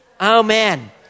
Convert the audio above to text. Amen